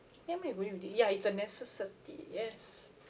ya it's a necessity yes